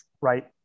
right